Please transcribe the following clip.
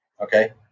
okay